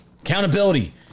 Accountability